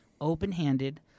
open-handed